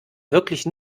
wirklich